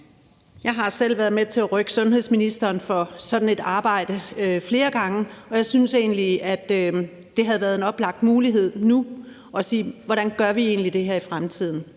Jeg har selv været med til at rykke sundhedsministeren for sådan et arbejde flere gange, og jeg synes egentlig, at det havde været en oplagt mulighed nu at spørge, hvordan vi egentlig gør det her i fremtiden,